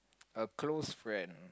a close friend